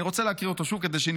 אני רוצה להקריא אותו שוב,